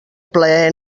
plaer